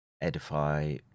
edify